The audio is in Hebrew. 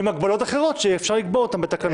עם הגבלות אחרות שאפשר לקבוע אותן בתקנות.